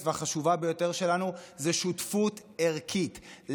החשובה ביותר שלנו היא השותפות הערכית,